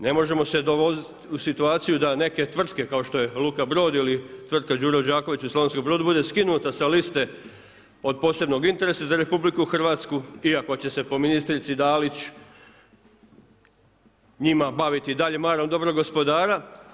Ne možemo se dovoditi u situaciju da neke tvrtke kao što je luka Brod ili tvrtka Đuro Đaković iz Slavonskog Broda bude skinuta sa liste od posebnog interesa za Republiku Hrvatsku, iako će se po ministrici Dalić njima baviti marom dobrog gospodara.